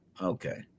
okay